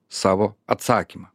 savo atsakymą